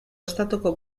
estatuko